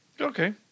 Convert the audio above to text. Okay